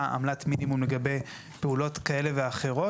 עמלת מינימום לגבי פעולות כאלה ואחרות.